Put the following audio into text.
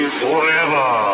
forever